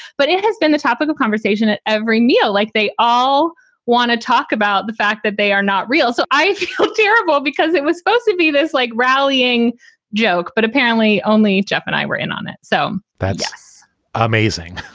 but it has been the topic of conversation at every meal. like they all want to talk about the fact that they are not real. so i feel terrible because it was supposed to be this like rallying joke, but apparently only jeff and i were in on it. so that's amazing